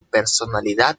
personalidad